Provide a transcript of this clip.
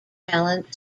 talent